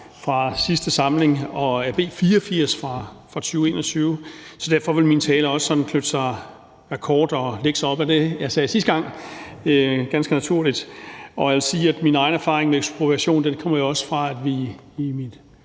fra sidste samling og af B 84 fra 2021, så derfor vil min tale også sådan være kort og lægge sig op ad det, jeg sagde sidste gang – ganske naturligt. Jeg vil sige, at min egen erfaring med ekspropriation jo også kommer fra, at vi i min